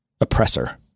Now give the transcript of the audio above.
Oppressor